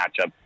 matchup